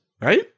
right